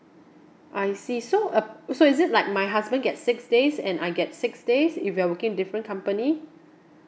I see so uh so is it like my husband get six days and I get six days if we're working different company